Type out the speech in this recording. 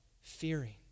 fearing